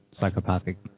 psychopathic